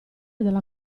dalla